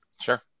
Sure